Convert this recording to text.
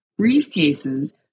briefcases